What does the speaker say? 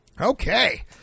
Okay